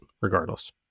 regardless